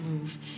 move